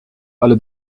alle